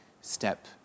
step